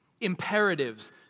imperatives